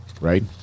right